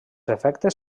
efectes